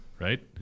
right